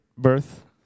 Birth